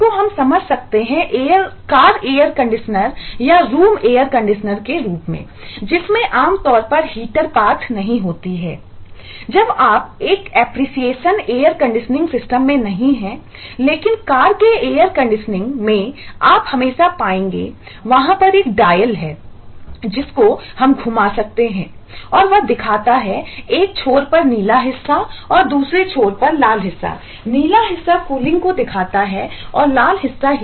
इसको हम समझ सकते हैं कार एयर कंडीशनर में नहीं है लेकिन कार के एयर कंडीशनिंग है जिसको हम घुमा सकते हैं और वह दिखाता है एक एक छोर पर नीला हिस्सा और दूसरे छोर पर लाल हिस्सा